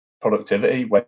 productivity